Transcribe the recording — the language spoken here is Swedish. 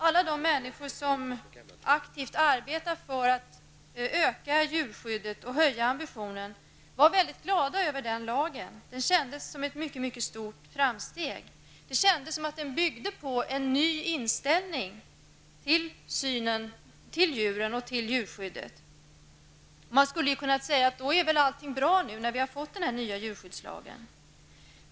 Alla de människor som aktivt arbetar för att förbättra djurskyddet och höja ambitionen var mycket glada över lagen. Det kändes som ett mycket stort framsteg. Det kändes som om lagen skulle bygga på en ny inställning till djuren och djurskyddet. Då skulle man väl kunna säga att allting är bra, i och med att vi har fått den nya djurskyddslagen.